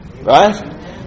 Right